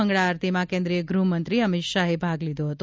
મંગળા આરતીમાં કેન્દ્રિય ગૃહમંત્રી અમિત શાહે ભાગ લીધો હતો